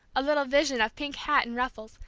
a little vision of pink hat and ruffles,